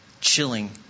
Chilling